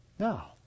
Now